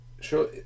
sure